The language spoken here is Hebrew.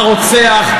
הרוצח,